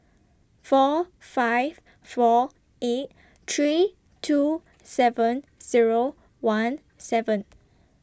four five four eight three two seven Zero one seven